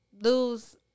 lose